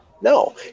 No